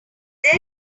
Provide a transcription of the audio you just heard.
there